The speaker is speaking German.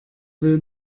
will